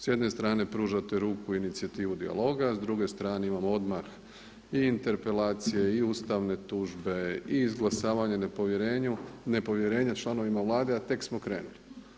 S jedne strane pružate ruku i inicijativu dijaloga, a s druge strane imamo odmah i interpelacije i ustavne tužbe i izglasavanje nepovjerenja članovima Vlade a tek smo krenuli.